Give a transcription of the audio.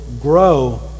grow